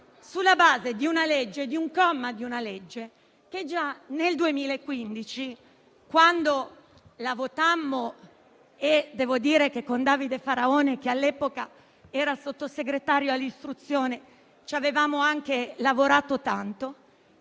sulla base di un comma di una legge che già nel 2015 - quando la votammo e devo dire che con Davide Faraone, all'epoca sottosegretario all'istruzione, ci avevamo lavorato tanto